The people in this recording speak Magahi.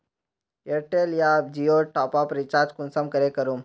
एयरटेल या जियोर टॉपअप रिचार्ज कुंसम करे करूम?